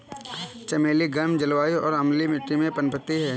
चमेली गर्म जलवायु और अम्लीय मिट्टी में पनपती है